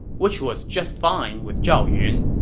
which was just fine with zhao yun.